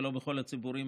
ולא בכל הציבורים,